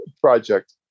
project